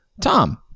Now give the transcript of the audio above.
Tom